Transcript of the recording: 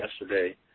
yesterday